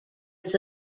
was